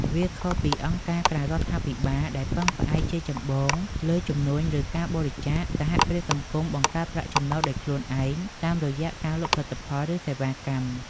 វាខុសពីអង្គការក្រៅរដ្ឋាភិបាល ដែលពឹងផ្អែកជាចម្បងលើជំនួយឬការបរិច្ចាគ សហគ្រាសសង្គមបង្កើតប្រាក់ចំណូលដោយខ្លួនឯងតាមរយៈការលក់ផលិតផល ឬសេវាកម្ម។